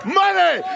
money